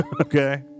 okay